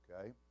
okay